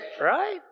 right